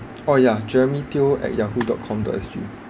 oh ya jeremy teo at yahoo dot com dot S_G